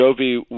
Jovi